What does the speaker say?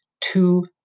two